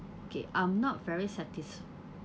okay I'm not very satis~